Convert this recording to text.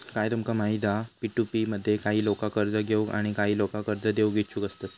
काय तुमका माहित हा पी.टू.पी मध्ये काही लोका कर्ज घेऊक आणि काही लोका कर्ज देऊक इच्छुक असतत